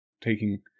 taking